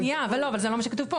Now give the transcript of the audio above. שנייה, אבל לא, זה לא מה שכתוב פה.